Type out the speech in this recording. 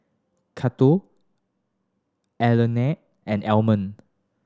Cato Alannah and Almond